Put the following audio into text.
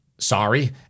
Sorry